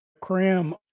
cram